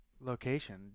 location